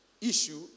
issue